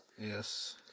Yes